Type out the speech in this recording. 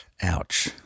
ouch